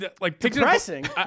Depressing